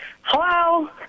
Hello